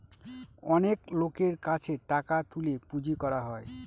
অনেক লোকের কাছে টাকা তুলে পুঁজি করা হয়